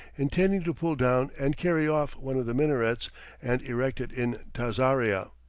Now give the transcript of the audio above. intending to pull down and carry off one of the minarets and erect it in tazaria.